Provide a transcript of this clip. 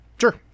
Sure